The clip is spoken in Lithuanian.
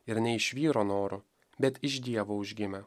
ir ne iš vyro norų bet iš dievo užgimę